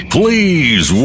please